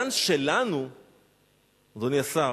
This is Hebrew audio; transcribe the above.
אדוני השר,